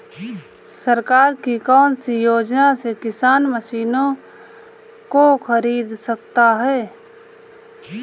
सरकार की कौन सी योजना से किसान मशीनों को खरीद सकता है?